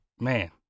Man